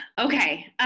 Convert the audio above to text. Okay